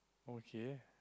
okay